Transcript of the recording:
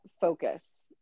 focus